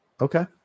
Okay